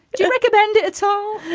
you recommend it? it's all